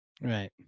Right